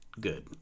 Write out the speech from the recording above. good